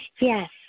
Yes